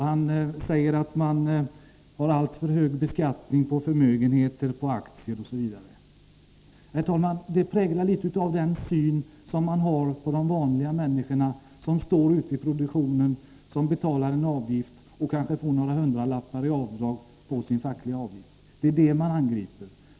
Han säger att vi har alltför höga skatter på förmögenheter, aktier osv. Herr talman! Detta präglar litet av den syn som de borgerliga har på de vanliga människorna ute i produktionen, vilka betalar sin fackliga avgift och kanske får några hundralappars avdrag. Det är dessa människor man angriper.